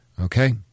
okay